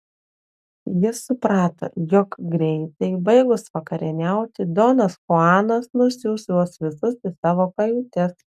jis suprato jog greitai baigus vakarieniauti donas chuanas nusiųs juos visus į savo kajutes